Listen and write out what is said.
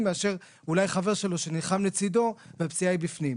מאשר אולי חבר שלו שנלחם לצדו והפציעה היא בפנים.